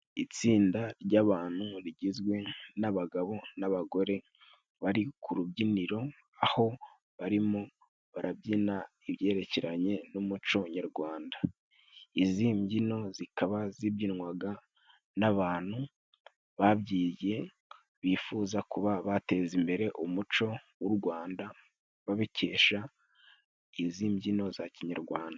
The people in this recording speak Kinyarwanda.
Itsinda ry'abantu rigizwe n'abagabo ,n'abagore bari ku rubyiniro aho barimo barabyina ibyerekeranye n'umuco nyarwanda. Izi mbyino zikaba zibyinywaga n'abantu babyigiye bifuza kuba bateza imbere umuco w'u Rwanda babikesha izi mbyino za kinyarwanda.